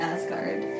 Asgard